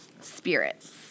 spirits